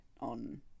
on